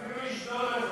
אפילו אשתו לא יכולה עליו,